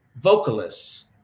vocalists